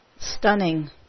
Stunning